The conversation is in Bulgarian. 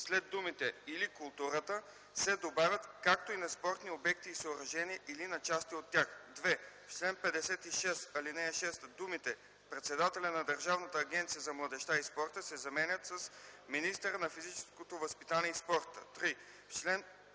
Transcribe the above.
след думите „или културата”, се добавят „както и на спортни обекти и съоръжения или на части от тях”. 2. В чл. 56, ал. 6 думите „председателя на Държавната агенция за младежта и спорта” се заменят с „министъра на физическото възпитание и спорта”. 3. В чл.